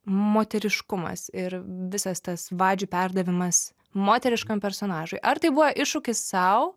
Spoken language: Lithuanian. moteriškumas ir visas tas vadžių perdavimas moteriškam personažui ar tai buvo iššūkis sau